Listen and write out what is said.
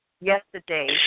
Yesterday